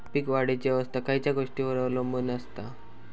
पीक वाढीची अवस्था खयच्या गोष्टींवर अवलंबून असता?